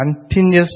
continuous